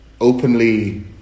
openly